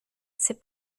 c’est